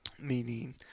Meaning